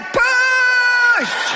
push